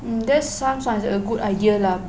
mm that sounds like a good idea lah